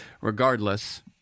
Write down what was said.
regardless